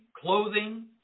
clothing